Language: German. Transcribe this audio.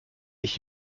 sich